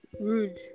Rude